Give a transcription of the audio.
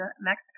mexico